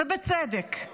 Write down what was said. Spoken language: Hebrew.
ובצדק.